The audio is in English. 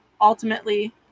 ultimately